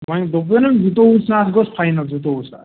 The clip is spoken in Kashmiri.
وۅنۍ دوٚپوٕ نا زٕتوٚوُہ ساس گوس فاینل زٕتوٚوُہ ساس